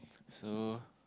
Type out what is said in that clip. so